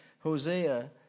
Hosea